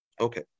Okay